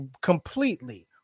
completely